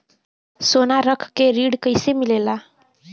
सोना रख के ऋण कैसे मिलेला?